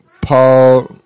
Paul